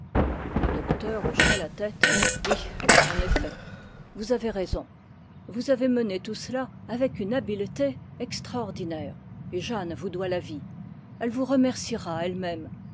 le docteur hocha la tête oui en effet vous avez raison vous avez mené tout cela avec une habileté extraordinaire et jeanne vous doit la vie elle vous remerciera elle-même